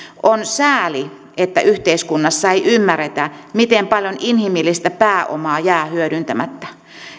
on sääli että yhteiskunnassa ei ymmärretä miten paljon inhimillistä pääomaa jää hyödyntämättä